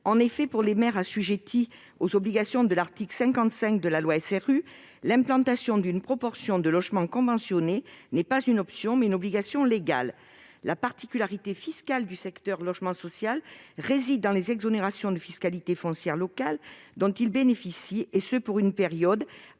et au renouvellement urbains, dite loi SRU, l'implantation d'une proportion de logements conventionnés est non pas une option, mais une obligation légale. La particularité fiscale du secteur du logement social réside dans les exonérations de fiscalité foncière locale dont il bénéficie, et ce pour une période